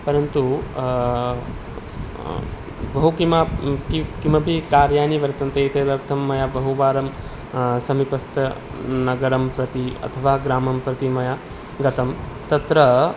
परन्तु बहु किम् किम् किमपि कार्याणि वर्तन्ते एतदर्थं मया बहुवारं समीपस्थनगरं प्रति अथवा ग्रामं प्रति मया गतं तत्र